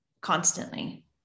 constantly